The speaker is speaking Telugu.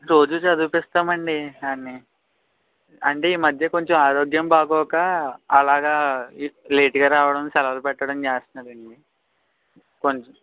రోజూ చదివిస్తామండి వాడిని అంటే ఈ మధ్య కొంచెం ఆరోగ్యం బాగాలేక అలాగ లేట్గా రావడం సెలవులు పెట్టడం చేస్తున్నాడండి కొంచెం